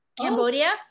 Cambodia